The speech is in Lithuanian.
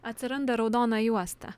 atsiranda raudona juosta